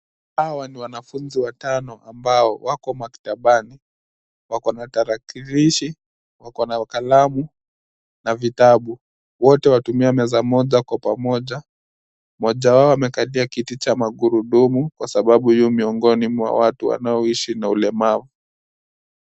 Hawa ni wanfunzi watano ambao wako maktabani, wako na tarakilishi. Wako na kalamu na vitabu. Wote wanatumia meza moja kwa pamoja. Mmoja wao amekalia kiti cha magurudumu kwa sababu yu miongoni mwa watu wanaoishi na ulemavu.